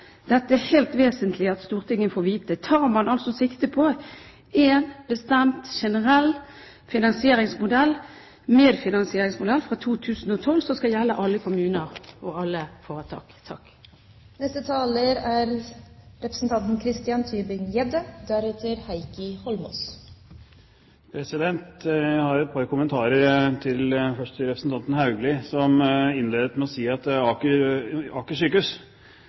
dette er det helt vesentlig at Stortinget får vite: Tar man sikte på en bestemt generell medfinansieringsmodell fra 2012, som skal gjelde alle kommuner og alle foretak? Jeg har et par kommentarer – først til representanten Haugli. Han presiserte først at Aker sykehus er et lokalsykehus. Det var han veldig klar på. Så sa han at å legge det